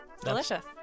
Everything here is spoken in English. Delicious